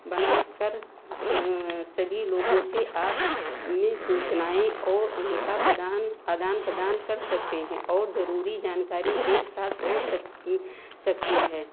बना कर स सभी लोगों से आप नी सूचनाएं और अंक का प्रदान आदान प्रदान कर सकते हैं और ज़रूरी जानकारी एक साथ पहुँच सक सकती है